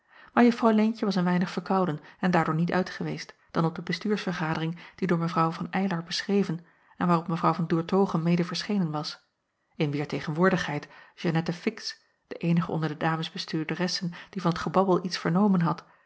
maar uffrouw eentje was een weinig verkouden en daardoor niet uit geweest dan op de estuursvergadering die door w van ylar beschreven en waarop w an oertoghe mede verschenen was in wier tegenwoordigheid eannette ix de eenige onder de dames bestuurderessen die van t gebabbel iets vernomen had